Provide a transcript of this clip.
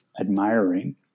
admiring